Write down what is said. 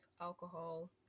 alcohol